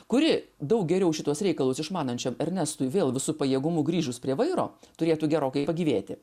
kuri daug geriau šituos reikalus išmanančiam ernestui vėl visu pajėgumu grįžus prie vairo turėtų gerokai pagyvėti